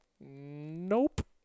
nope